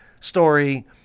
story